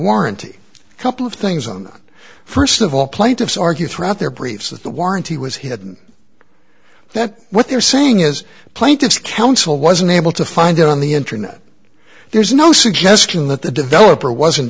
warranty couple of things on first of all plaintiffs argue throughout their briefs that the warranty was hidden that what they're saying is plaintiff's counsel was unable to find it on the internet there's no suggestion that the developer wasn't